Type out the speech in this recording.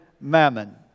mammon